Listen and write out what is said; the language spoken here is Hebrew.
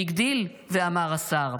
והגדיל ואמר השר: